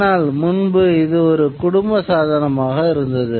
ஆனால் முன்பு இது ஒரு குடும்ப சாதனமாக இருந்தது